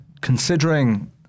considering